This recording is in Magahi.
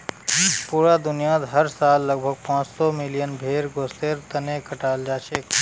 पूरा दुनियात हर साल लगभग पांच सौ मिलियन भेड़ गोस्तेर तने कटाल जाछेक